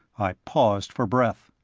i paused for breath.